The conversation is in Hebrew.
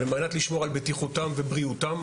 על מנת לשמור על בטיחותם ובריאותם,